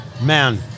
Man